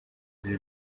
bihe